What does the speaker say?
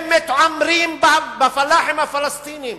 הם מתעמרים בפלאחים הפלסטינים.